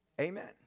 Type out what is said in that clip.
Amen